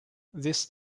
these